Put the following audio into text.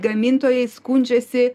gamintojai skundžiasi